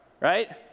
right